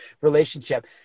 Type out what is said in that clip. relationship